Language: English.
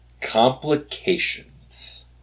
complications